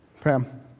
Pam